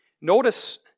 Notice